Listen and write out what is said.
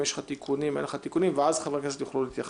אם יש לך תיקונים או אין לך תיקונים ואז חברי הכנסת יוכלו להתייחס.